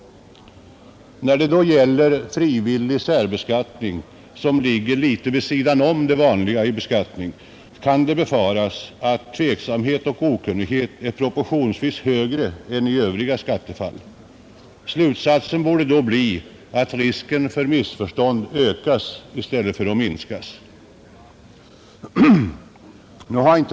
När det då gäller den frivilliga särbeskattningen, som ligger litet vid sidan om det vanliga vid beskattningen, kan det befaras att tveksamheten och okunnigheten är proportionsvis högre än i övriga skattefall. Slutsatsen borde då bli att risken för missförstånd ökas i stället för minskas.